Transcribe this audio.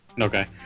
Okay